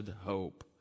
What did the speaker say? hope